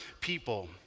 people